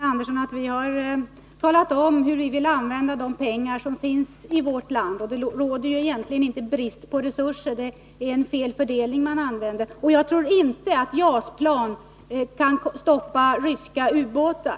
Herr talman! Vi har talat om hur vi vill använda de pengar som finns i vårt land. Det råder egentligen inte brist på resurser utan det är bara en felaktig fördelning av dem. Jag tror inte att JAS-plan kan stoppa ryska ubåtar.